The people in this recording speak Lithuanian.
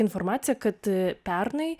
informaciją kad pernai